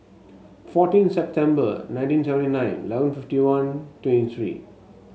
fourteen September nineteen seventy nine eleven fifty one twenty three